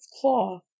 cloth